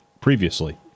previously